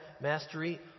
mastery